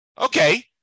Okay